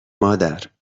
مادر